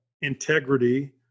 integrity